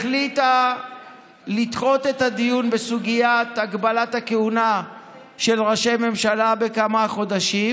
החליטה לדחות את הדיון בסוגיית הגבלת הכהונה של ראשי ממשלה בכמה חודשים,